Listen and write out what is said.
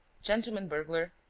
gentleman burglar,